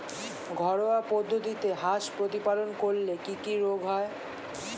ঘরোয়া পদ্ধতিতে হাঁস প্রতিপালন করলে কি কি রোগ হয়?